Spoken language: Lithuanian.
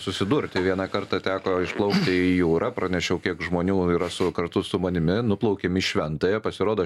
susidurti vieną kartą teko išplaukti į jūrą pranešiau kiek žmonių yra su kartu su manimi nuplaukėm į šventąją pasirodo